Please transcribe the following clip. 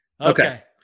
Okay